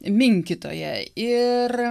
minkytoją ir